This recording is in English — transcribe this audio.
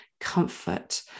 comfort